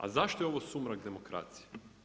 A zašto je ovo sumrak demokracije?